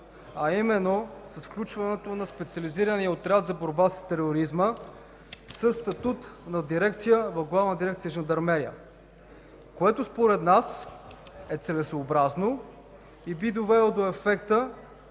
а именно с включването на Специализирания отряд за борба с тероризма със статут на дирекция в Главна дирекция „Жандармерия”, което според нас е целесъобразно и би довело до ефекта